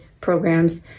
programs